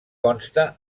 consta